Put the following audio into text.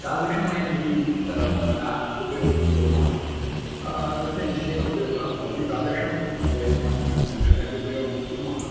तादृशम् अयं यदि आप् उपयोगं कुर्मः तस्य निश्चयेन उपयोगः भवति तादृशं वयम् अस्माकं सङ्घटने अपि उपयोगं कुर्मः